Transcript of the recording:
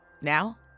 Now